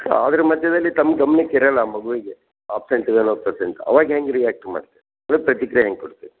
ಅದ್ರ ಮಧ್ಯದಲ್ಲಿ ತಮ್ಮ ಗಮನಕ್ಕೆ ಇರೋಲ್ಲ ಆ ಮಗುವಿಗೆ ಅಬ್ಸೆಂಟ್ಸ್ ಇದ್ದಾನೋ ಪ್ರೆಸೆಂಟಾ ಅವಾಗ ಹೆಂಗೆ ರಿಯಾಕ್ಟ್ ಮಾಡ್ತೀರಿ ಅವಾಗ ಪ್ರತಿಕ್ರಿಯೆ ಹೆಂಗೆ ಕೊಡ್ತೀರಿ